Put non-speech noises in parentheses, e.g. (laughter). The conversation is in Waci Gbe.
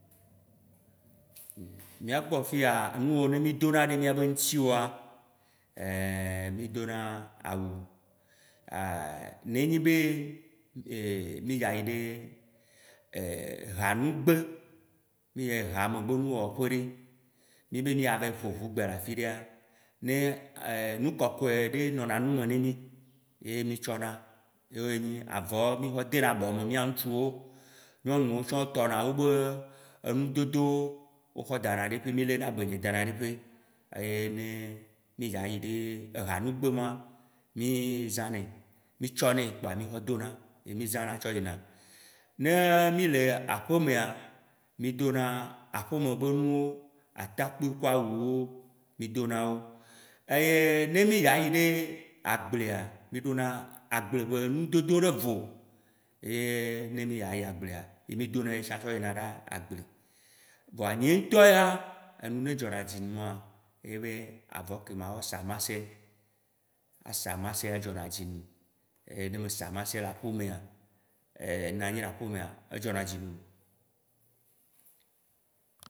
Miagbɔ fiya, nuyiwo midona ɖe miabe ŋtiwoa: ein midona awu (hesitation) nenye be (hesitation) mi ya yi ɖe (hesitation) hanugbe, mi ya yi hame be nu wɔƒeɖe, mi be mia ƒo ʋu gbe le afi ɖea, ne (hesitation) nu kɔkɔe ɖe nɔna nu me ne mi, ye mi tsɔ na. Ye nyi avɔ mixɔ de na abɔ me mia ŋtsuwo, nyɔnuwo tsã wo tɔna wo be enudodowo woxɔ dana ɖi kpe, mi le na be nɛ dana ɖi kpe. Eye ne mi dza yi de ehanugbe ma mizã nɛ, mitsɔ nɛ pkoa mi xɔ dona, ye mi zãna tsɔ yina. Ne mi le aƒemea, mi dona aƒeme be nuwo, atakpi kple awuwo midonawo. Eye ne mi ya yi ɖe agblea, mi dona agble be nudodo ɖe vo, ye ne mi ya yi agblea ye mi dona ye tsã tsɔ yina ɖe agble. Voa nye ŋtɔ ya, enu yi ne dzɔna dzi nu ŋua, ye nye avɔ ke ma xɔ sa mase, asa masea dzɔ na dzi num, ye ne me sa mase la xɔmea, (hesitation) nanyi ɖe axɔmea, edzɔ na dzi num.